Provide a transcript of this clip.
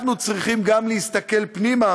אנחנו צריכים גם להסתכל פנימה,